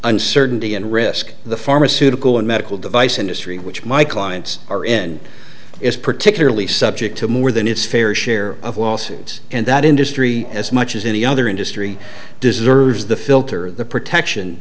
uncertainty and risk the pharmaceutical and medical device industry which my clients are in is particularly subject to more than its fair share of lawsuits and that industry as much as any other industry deserves the filter the protection